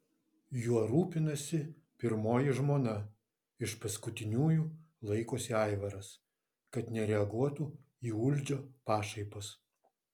juo rūpinasi pirmoji žmona iš paskutiniųjų laikosi aivaras kad nereaguotų į uldžio pašaipas